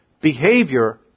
behavior